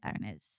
owners